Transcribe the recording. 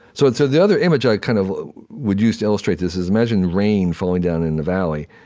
so and so the other image i kind of would use to illustrate this is, imagine rain falling down in a valley,